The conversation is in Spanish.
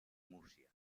murcia